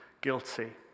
guilty